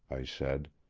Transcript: i said.